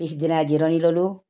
পিছদিনা জিৰণি ল'লোঁ